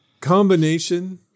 combination